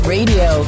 Radio